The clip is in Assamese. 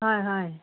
হয় হয়